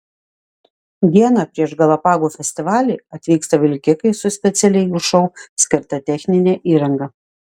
dieną prieš galapagų festivalį atvyksta vilkikai su specialiai jų šou skirta technine įranga